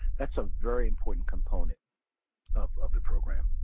that's a very important component of of the program.